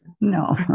no